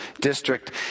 district